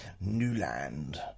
Newland